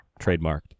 trademarked